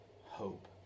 hope